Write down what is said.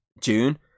June